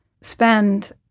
spend